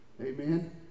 Amen